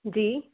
जी